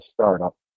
startup